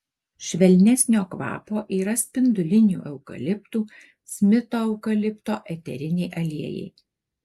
švelnesnio kvapo yra spindulinių eukaliptų smito eukalipto eteriniai aliejai